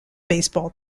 baseball